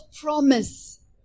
promise